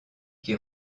qui